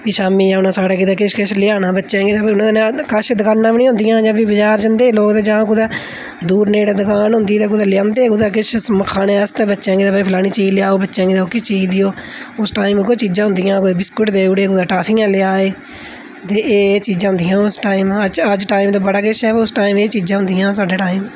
फ्ही शामीं औना साढ़े गित्तै किश किश लेई आना बच्चें आस्तै अदूं कोल कश दकानां बी नेईं होंदियां हियां बजार जंदे हे लोक जां कुदै दूर नेड़ै दकान होंदी ही कुतै लेई आंह्दे ह् कुतै खाने आस्तै बच्चें गी फलानी चीज लेई आओ बच्चें गी फलानी चीज देओ उस टाइम उ'ऐ चीजां होंदियां हियां कोई बिस्कुट देई ओड़े कुतै टाफियां लेई आए दे एह् एह् चीजां होंदियां हियां उस टाइम अज्ड टाइम च बड़ा किश ऐ लेकन उस टाइम एह् चीजां होंदियां हियां साढ़े टाइम